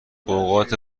اوقات